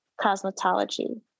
cosmetology